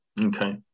Okay